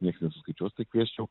nieks nesuskaičiuos tai kviesčiau